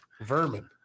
Vermin